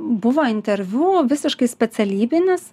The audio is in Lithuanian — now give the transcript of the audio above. buvo interviu visiškai specialybinis